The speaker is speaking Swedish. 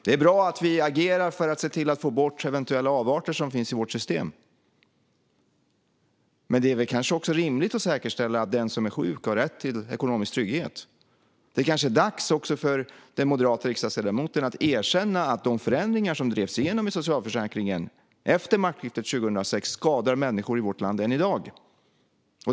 Det är bra att vi agerar för att se till att få bort de eventuella avarter som finns i vårt system, men det är väl också rimligt att säkerställa att den som är sjuk har rätt till ekonomisk trygghet. Det är kanske också dags för den moderata riksdagsledamoten att erkänna att de förändringar i socialförsäkringen som drevs igenom efter maktskiftet 2006 skadar människor i vårt land än i dag.